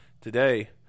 today